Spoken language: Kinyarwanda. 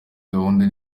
gahunda